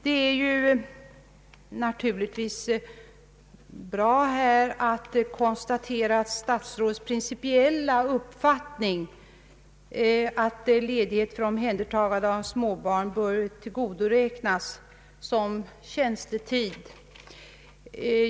Det är naturligtvis bra att kunna konstatera statsrådets principiella uppfattning att ledighet för omhändertagande av småbarn bör tillgodoräknas som tjänstetid.